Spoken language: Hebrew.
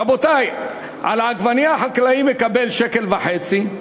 רבותי, על העגבנייה החקלאי מקבל 1.5 שקל,